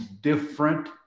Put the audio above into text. different